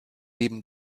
neben